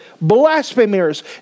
blasphemers